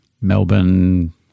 Melbourne